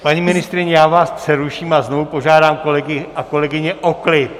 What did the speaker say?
Paní ministryně, já vás přeruším a znovu požádám kolegy a kolegyně o klid.